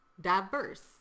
diverse